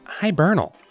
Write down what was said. Hibernal